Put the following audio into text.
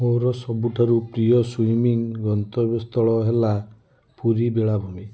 ମୋର ସବୁଠାରୁ ପ୍ରିୟ ସ୍ଵିମିଙ୍ଗ୍ ଗନ୍ତବ୍ୟ ସ୍ଥଳ ହେଲା ପୁରୀ ବେଳାଭୂମି